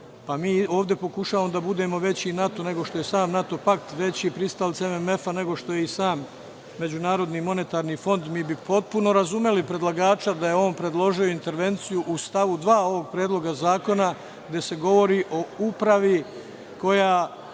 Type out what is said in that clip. Mi ovde pokušavamo da budemo veći NATO, nego što je sam NATO pakt, veće pristalice MMF-a, nego što je i sam MMF.Mi bi potpuno razumeli predlagača da je on predložio intervenciju u stavu 2. ovog predloga zakona gde se govori o upravi koja